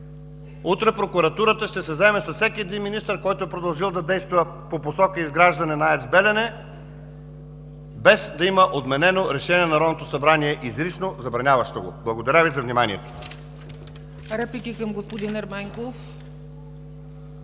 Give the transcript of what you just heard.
утре прокуратурата ще се заеме с всеки един министър, който е продължил да действа по посока изграждане на АЕЦ „Белене“ без да има отменено решение на Народното събрание, изрично забраняващо го. Благодаря Ви за вниманието. ПРЕДСЕДАТЕЛ ЦЕЦКА